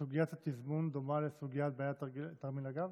סוגיית התזמון דומה ל"בעיית תרמיל הגב"?